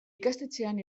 ikastetxean